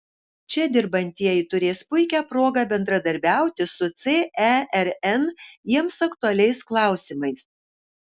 čia dirbantieji turės puikią progą bendradarbiauti su cern jiems aktualiais klausimais